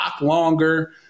longer